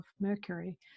Mercury